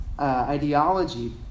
ideology